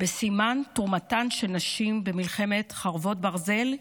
בסימן תרומתן של נשים במלחמת חרבות ברזל,